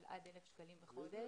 נכון,